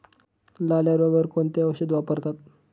लाल्या रोगावर कोणते औषध वापरतात?